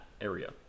area